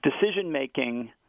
decision-making